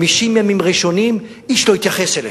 50 ימים ראשונים איש לא התייחס אליהם.